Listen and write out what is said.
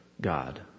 God